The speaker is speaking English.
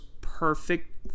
perfect